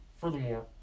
Furthermore